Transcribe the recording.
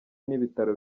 n’ibitaro